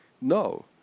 No